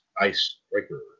Icebreaker